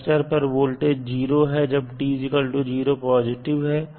capacitor पर voltage 0 है जब t0 है